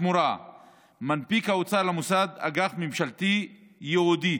בתמורה מנפיק האוצר למוסד אג"ח ממשלתי ייעודי.